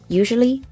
usually